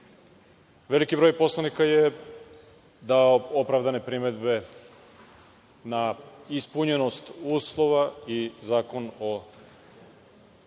broj poslanika je dao opravdane primedbe na ispunjenost uslova i Zakon o